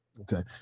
Okay